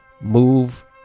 move